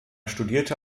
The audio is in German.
studierte